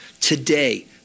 today